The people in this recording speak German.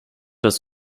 das